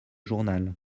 journal